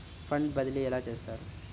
Fund బదిలీ ఎలా చేస్తారు?